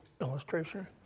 illustration